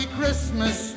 Christmas